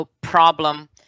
problem